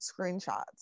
screenshots